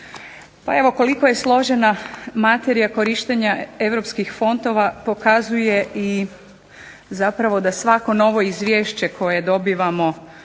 koliko je složena materija korištenja europskih fondova pokazuje i zapravo da svako novo izvješće koje dobivamo